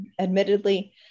Admittedly